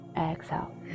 exhale